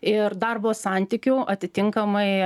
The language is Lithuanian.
ir darbo santykių atitinkamai